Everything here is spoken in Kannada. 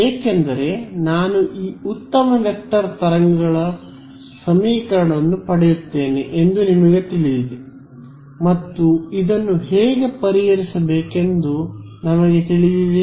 ಏಕೆಂದರೆ ನಾನು ಈ ಉತ್ತಮ ವೆಕ್ಟರ್ ತರಂಗ ಸಮೀಕರಣವನ್ನು ಪಡೆಯುತ್ತೇನೆ ಎಂದು ನಿಮಗೆ ತಿಳಿದಿದೆ ಮತ್ತು ಇದನ್ನು ಹೇಗೆ ಪರಿಹರಿಸಬೇಕೆಂದು ನಮಗೆ ತಿಳಿದಿದೆಯೇ